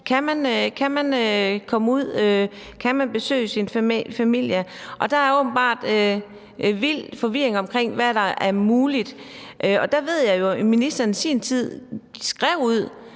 Kan man komme ud? Kan man besøge sin familie? Og der er åbenbart vild forvirring omkring, hvad der er muligt. Der ved jeg jo, at ministeren i sin tid skrev ud,